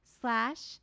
slash